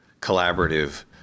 collaborative